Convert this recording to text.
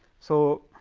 so,